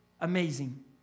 Amazing